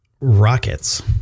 rockets